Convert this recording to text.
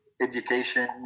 education